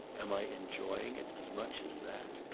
am i enjoying it as much as that?